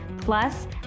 plus